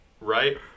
Right